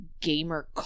gamer